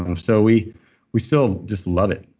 um so we we still just love it.